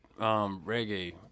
reggae